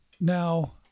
now